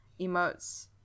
emotes